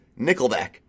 nickelback